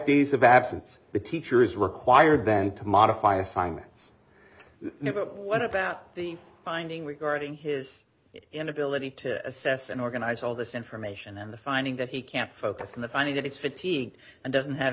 days of absence the teacher is required then to modify assignments what about the finding regarding his inability to assess and organize all this information and the finding that he can't focus on the funding that he's fatigued and doesn't have